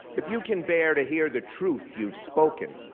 if you can bear to hear the truth you've spoken,